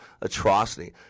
atrocity